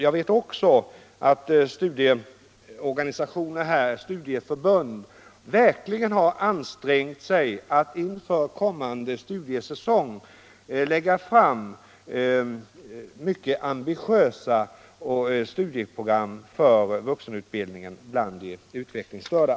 Vi vet också att studieorganisationerna verkligen har ansträngt sig att inför kommande studiesäsong lägga fram mycket ambitiösa studieprogram för vuxenutbildningen bland de utvecklingsstörda.